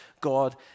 God